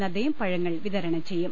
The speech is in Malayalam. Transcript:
നദ്ദയും പഴങ്ങൾ വിത്രണം ചെയ്യും